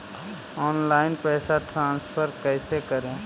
Online पैसा transfer कैसे करे?